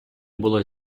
було